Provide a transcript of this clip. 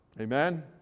Amen